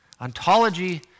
Ontology